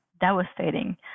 devastating